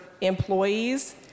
employees